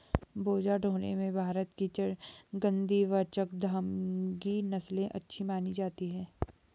बोझा ढोने में भारत की गद्दी व चांगथागी नस्ले अच्छी मानी जाती हैं